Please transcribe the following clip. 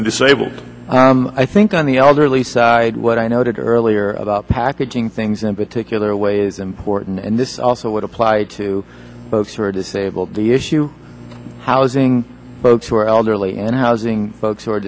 and disabled i think on the elderly side what i noted earlier about packaging things in a particular way is important and this also would apply to folks who are disabled the issue housing folks who are elderly and housing folks who are